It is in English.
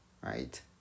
right